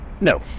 no